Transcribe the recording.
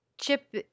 Chip